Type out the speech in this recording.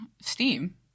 Steam